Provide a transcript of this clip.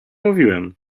mówiłem